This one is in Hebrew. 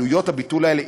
עלויות הביטול האלה,